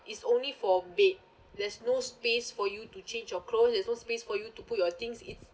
is only for bed there's no space for you to change your clothes there's no space for you to put your things it's